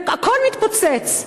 והכול התפוצץ.